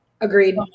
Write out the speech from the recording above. agreed